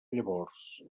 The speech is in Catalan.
llavors